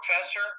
professor